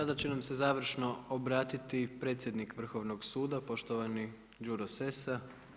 Sada će nam se završno obratiti predsjednik Vrhovnog suda, poštovani Đuro Sessa.